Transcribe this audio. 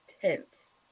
tense